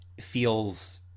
feels